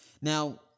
Now